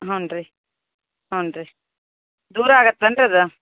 ಹ್ಞೂ ರೀ ಹ್ಞೂ ರೀ ದೂರ ಆಗತ್ತೆ ಅಂತದ